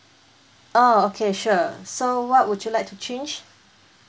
orh okay sure so what would you like to change